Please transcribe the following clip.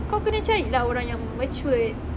kau kena lah cari orang yang matured